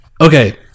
okay